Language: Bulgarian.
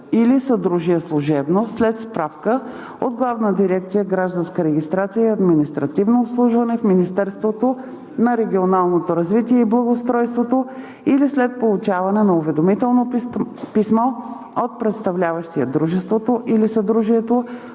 или съдружие служебно след справка от главна дирекция „Гражданска регистрация и административно обслужване“ в Министерството на регионалното развитие и благоустройството или след получаване на уведомително писмо от представляващия дружеството или съдружието,